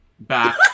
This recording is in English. Back